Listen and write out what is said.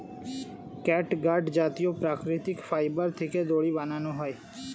catgut জাতীয় প্রাকৃতিক fibre থেকে দড়ি বানানো হয়